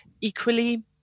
equally